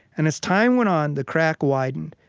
and as time went on, the crack widened.